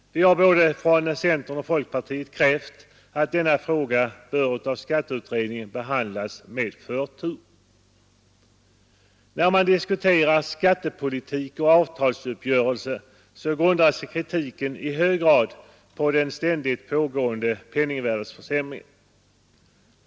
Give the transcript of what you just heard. Vi har både från centern och folkpartiet krävt att denna fråga bör av skatteutredningen behandlas med förtur. När man diskuterar skattepolitik och avtalsuppgörelser grundar sig kritiken i hög grad på den ständigt pågående penningvärdeförsämringen.